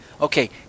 Okay